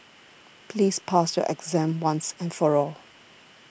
please pass your exam once and for all